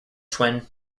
twin